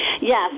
Yes